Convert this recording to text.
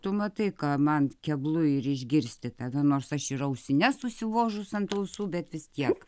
tu matai ką man keblu ir išgirsti tave nors aš ir ausines užsivožus ant ausų bet vis tiek